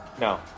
No